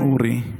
בבקשה, אדוני.